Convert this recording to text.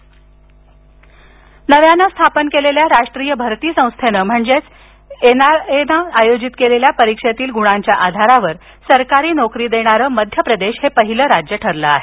मध्य प्रदेश नोकऱ्या नव्यानं स्थापन केलेल्या राष्ट्रीय भरती संस्थेनं म्हणजेच एन आर ए नं आयोजित केलेल्या परीक्षेतील गुणांच्या आधारावर सरकारी नोकरी देणारं मध्य प्रदेश हे पहिलं राज्य ठरलं आहे